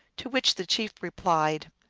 to which the chief replied,